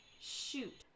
Shoot